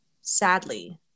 sadly